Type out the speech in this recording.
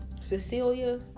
Cecilia